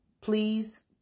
Please